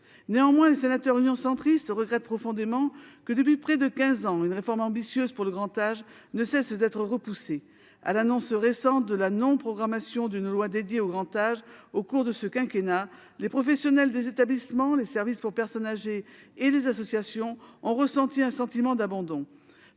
Néanmoins, les sénateurs du groupe Union Centriste regrettent profondément que la réforme ambitieuse pour le grand âge ne cesse d'être reportée depuis quinze ans. À l'annonce récente de la non-programmation d'une loi dédiée au cours de ce quinquennat, les professionnels des établissements, les services pour personnes âgées et les associations ont ressenti « un sentiment d'abandon